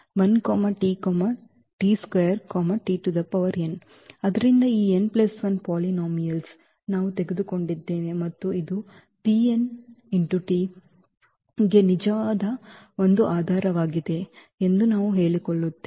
ಆದ್ದರಿಂದ ಈ n 1 polynomials ನಾವು ತೆಗೆದುಕೊಂಡಿದ್ದೇವೆ ಮತ್ತು ಇದು ಗೆ ನಿಜವಾಗಿ ಒಂದು ಆಧಾರವಾಗಿದೆ ಎಂದು ನಾವು ಹೇಳಿಕೊಳ್ಳುತ್ತೇವೆ